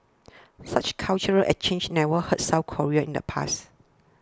such cultural exchanges never hurt South Korea in the past